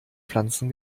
pflanzen